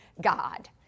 God